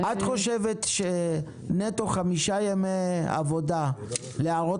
את חושבת שנטו חמישה ימי עבודה להראות